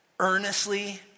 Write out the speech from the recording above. earnestly